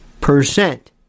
percent